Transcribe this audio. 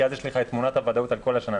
כי אז יש לך את תמונת הוודאות על כל השנה.